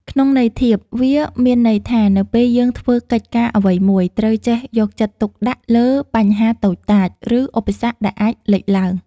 ក្នុងន័យធៀប វាមានន័យថា នៅពេលយើងធ្វើកិច្ចការអ្វីមួយ ត្រូវចេះយកចិត្តទុកដាក់លើបញ្ហាតូចតាច ឬឧបសគ្គដែលអាចលេចឡើង។